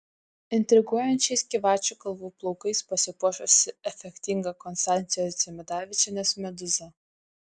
intriguojančiais gyvačių galvų plaukais pasipuošusi efektinga konstancijos dzimidavičienės medūza